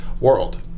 World